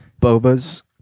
Bobas